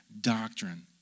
doctrine